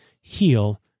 heal